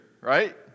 right